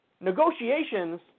negotiations